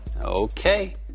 Okay